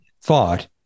thought